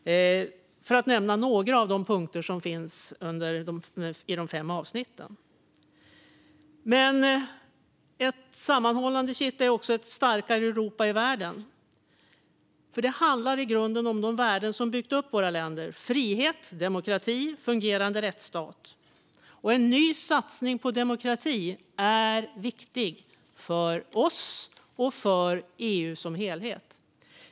Detta var några av de punkter som finns i de fem avsnitten. Ett sammanhållande kitt är också ett starkare Europa i världen. Det handlar i grunden om de värden som byggt upp våra länder: frihet, demokrati och fungerande rättsstat. Att det görs en ny satsning på demokrati är viktigt för oss och för EU som helhet.